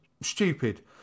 stupid